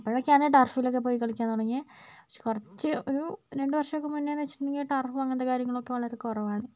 ഇപ്പോഴൊക്കെയാണ് ടർഫിലൊക്കെ പോയി കളിക്കാൻ തുടങ്ങിയത് പക്ഷേ കുറച്ച് ഒരു രണ്ട് വർഷം ഒക്കെ മുന്നേ എന്ന് വെച്ചിട്ടുണ്ടെങ്കിൽ ടർഫ് അങ്ങനത്തെ കാര്യങ്ങളൊക്കെ വളരെ കുറവാണ്